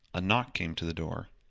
a knock came to the door,